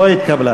לא נתקבלה.